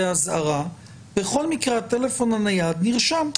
אזהרה בכל מקרה הטלפון הנייד נרשם.